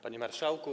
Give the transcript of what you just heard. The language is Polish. Panie Marszałku!